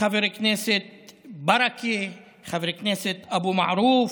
חבר הכנסת ברכה, חבר הכנסת אבו מערוף,